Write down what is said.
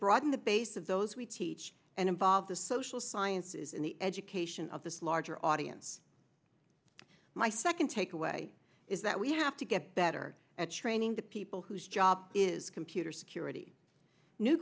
broaden the base of those we teach and involve the social sciences in the education of this larger audience my second takeaway is that we have to get better at training the people whose job is computer security new